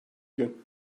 gün